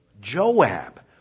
Joab